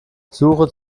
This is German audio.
suche